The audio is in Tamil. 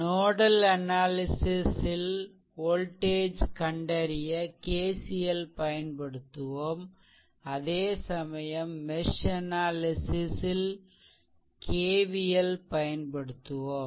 நோடல் அனாலிசிஷ் ல் வோல்டேஜ் கண்டறிய KCL பயன்படுத்துவோம் அதேசமயம் மெஷ் அனாலிசிஷ் ல் KVL பயன்படுத்துவோம்